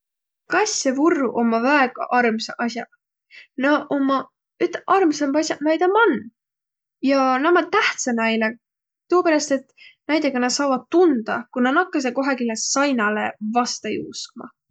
Kaasõ vurruq ommaq väega armsaq as'aq. Naaq ommaq üteq armsambaq asaq näide man. Ja naaq ommaq tähtsäq näile, tuuperäst, et naidõga nä saavaq tundaq, ku nä nakkasõq kohegi sainalõ vasta juuskma.